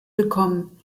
willkommen